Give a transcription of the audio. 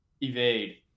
evade